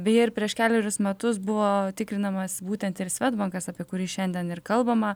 beje ir prieš kelerius metus buvo tikrinamas būtent ir svedbankas apie kurį šiandien ir kalbama